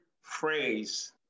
phrase